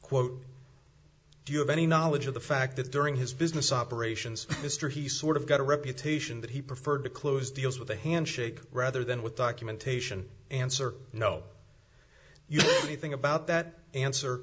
quote do you have any knowledge of the fact that during his business operations mr he sort of got a reputation that he preferred to close deals with a handshake rather than with documentation answer no you know anything about that answer